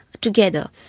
together